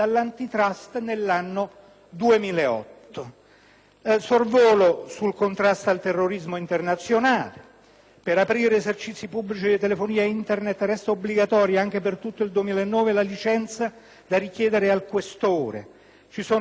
Sorvolo sul contrasto al terrorismo internazionale: per aprire esercizi pubblici di telefonia ed Internet adesso è obbligatorio, anche per tutto il 2009, la licenza da richiedere al questore. Ci sono poi altre questioni che riguardano